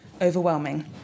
overwhelming